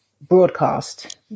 broadcast